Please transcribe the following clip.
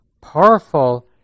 powerful